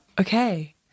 okay